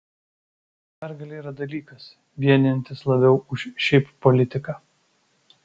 pergalė yra dalykas vienijantis labiau už šiaip politiką